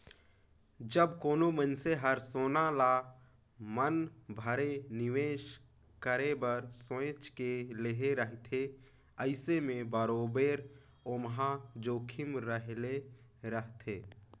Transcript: जब कोनो मइनसे हर सोना ल मन भेर निवेस करे बर सोंएच के लेहे रहथे अइसे में बरोबेर ओम्हां जोखिम रहले रहथे